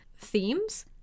themes